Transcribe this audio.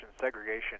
segregation